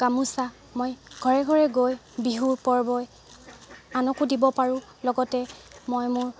গামোচা মই ঘৰে ঘৰে গৈ বিহু পৰ্বই আনকো দিব পাৰোঁ লগতে মই মোৰ